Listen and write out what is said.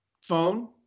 phone